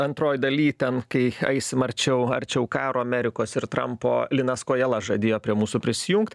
antroj daly ten kai eisim arčiau arčiau karo amerikos ir trampo linas kojala žadėjo prie mūsų prisijungt